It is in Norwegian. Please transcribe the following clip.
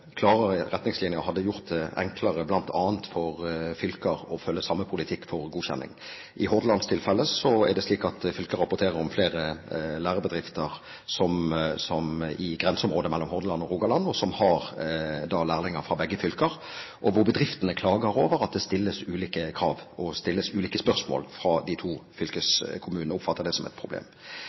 klarere retningslinjer hadde gjort det enklere, bl.a. for fylker, å følge samme politikk for godkjenning. I Hordalands tilfelle er det slik at fylket rapporterer om flere lærebedrifter i grenseområdet mellom Hordaland og Rogaland som har lærlinger fra begge fylker, og hvor bedriftene klager over at det stilles ulike krav og det stilles ulike spørsmål fra de to fylkeskommunene. De oppfatter det som et problem.